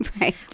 right